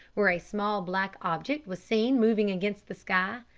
where a small black object was seen moving against the sky,